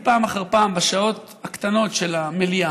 פעם אחר פעם בשעות הקטנות של המליאה,